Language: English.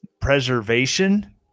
preservation